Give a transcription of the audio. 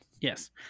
Yes